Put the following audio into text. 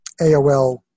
aol